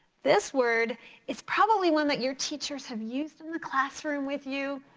this word is probably one that your teachers have used in the classroom with you.